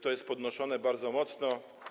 To jest podnoszone bardzo mocno.